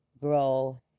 grow